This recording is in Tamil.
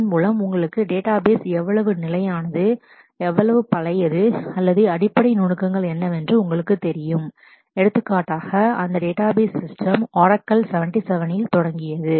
இதன் மூலம் உங்களுக்கு டேட்டாபேஸ் எவ்வளவு நிலையானது எவ்வளவு பழையது அல்லது அடிப்படை நுணுக்கங்கள் என்னவென்று உங்களுக்குத் தெரியும் எடுத்துக்காட்டாக அந்த டேட்டாபேஸ் சிஸ்டம் ஆரக்கிள் 77 இல் தொடங்கியது